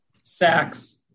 sacks